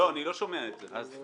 אני לא שומע את זה.